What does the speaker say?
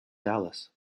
dallas